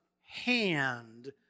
hand